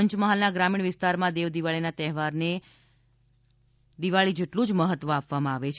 પંચમહાલના ગ્રામીણ વિસ્તારમા દેવદિવાળીના તહેવારને દિવાળીના તહેવાર જેટલુ જ મહત્વ આપવામાં આવે છે